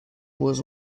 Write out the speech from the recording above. was